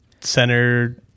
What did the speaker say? center –